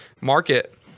market